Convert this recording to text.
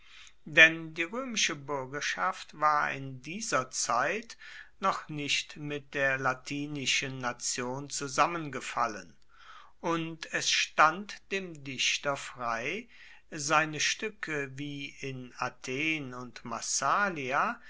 denn die roemische buergerschaft war in dieser zeit noch nicht mit der latinischen nation zusammengefallen und es stand dem dichter frei seine stuecke wie in athen und massalia